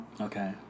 Okay